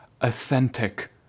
authentic